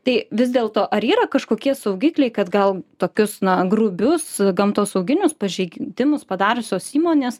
tai vis dėl to ar yra kažkokie saugikliai kad gal tokius na grubius gamtosauginius pažeidimus padariusios įmonės